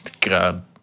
God